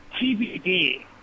TBD